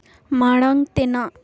ᱢᱟᱲᱟᱝ ᱛᱮᱱᱟᱜ